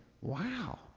wow